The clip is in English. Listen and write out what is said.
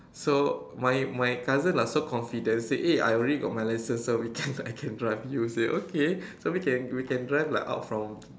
so my my cousin lah so confident say eh I already got my license so we can I can drive you say okay so we can we can drive lah out from